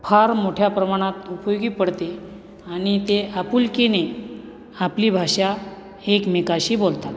फार मोठ्या प्रमाणात उपयोगी पडते आणि ते आपुलकीने आपली भाषा एकमेकाशी बोलतात